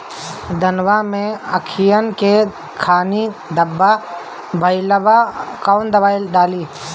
धनवा मै अखियन के खानि धबा भयीलबा कौन दवाई डाले?